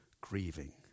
grieving